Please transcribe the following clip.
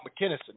McKinnison